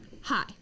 hi